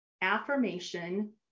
affirmation